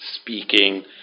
speaking